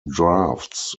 drafts